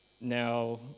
Now